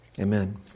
Amen